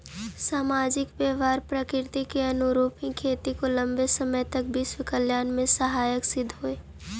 सामाजिक व्यवहार प्रकृति के अनुरूप ही खेती को लंबे समय तक विश्व कल्याण में सहायक सिद्ध होई